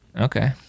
Okay